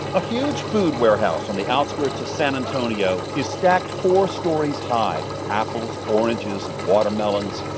a huge food warehouse on the outskirts of san antonio is stacked four stories high with apples, oranges and watermelons.